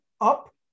up